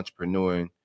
entrepreneuring